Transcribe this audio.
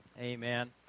Amen